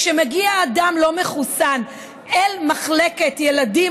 כשמגיע אדם לא מחוסן אל מחלקת ילדים